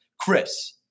Chris